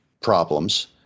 problems